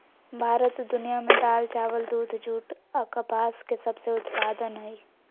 भारत दुनिया में दाल, चावल, दूध, जूट आ कपास के सबसे उत्पादन हइ